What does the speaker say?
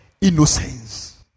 Innocence